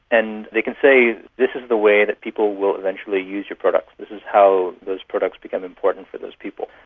and they can say this is the way that people will eventually use your products, this is how those products become important for those people'.